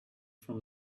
from